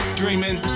dreaming